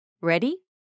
Ready